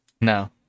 No